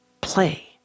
play